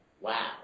wow